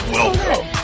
welcome